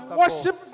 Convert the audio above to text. worship